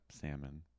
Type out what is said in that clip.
salmon